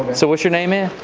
so what's your name man?